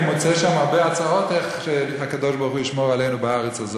אני מוצא שם הרבה הצעות איך הקדוש-ברוך-הוא ישמור עלינו בארץ הזאת.